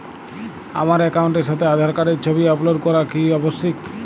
আমার অ্যাকাউন্টের সাথে আধার কার্ডের ছবি আপলোড করা কি আবশ্যিক?